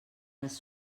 les